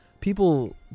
people